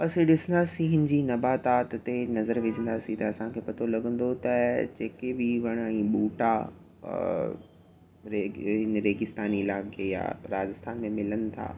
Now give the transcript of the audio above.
असां ॾिसंदासीं हिन जी नबातात ते नज़र विझंदासीं त असांखे पतो लॻंदो त जेके बि वण ऐं ॿूटा रेगे हिन रेगेस्तानी इलाइक़े या राजस्थान में मिलनि था